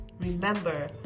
Remember